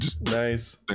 Nice